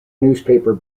newspaper